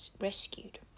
rescued